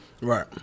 Right